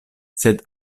sed